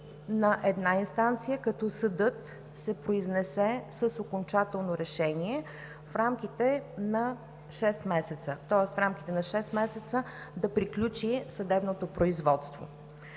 на една инстанция като съдът се произнесе с окончателно решение в рамките на шест месеца. Тоест в рамките на шест месеца да приключи съдебното производство.